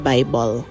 Bible